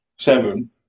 seven